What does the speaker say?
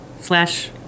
Slash